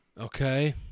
Okay